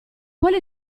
quali